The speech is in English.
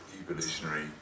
evolutionary